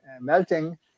melting